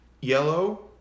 Yellow